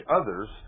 others